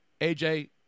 AJ